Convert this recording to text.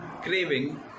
craving